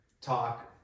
talk